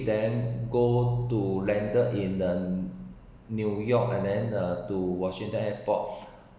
then go to landed in the new york and then uh to washington airport